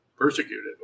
persecuted